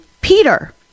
Peter